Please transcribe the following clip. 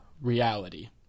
reality